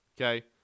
Okay